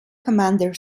commander